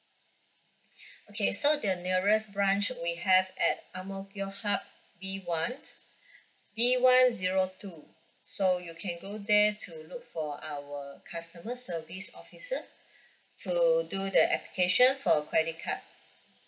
okay so the nearest branch we have at ang mo kio hub B one B one zero two so you can go there to look for our customer service officer to do the application for credit card